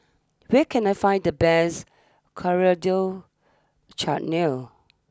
where can I find the best Coriander Chutney